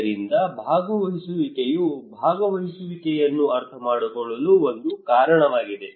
ಆದ್ದರಿಂದ ಭಾಗವಹಿಸುವಿಕೆಯು ಭಾಗವಹಿಸುವಿಕೆಯನ್ನು ಅರ್ಥಮಾಡಿಕೊಳ್ಳಲು ಒಂದು ಕಾರಣವಾಗಿದೆ